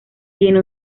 tiene